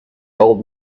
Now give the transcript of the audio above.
old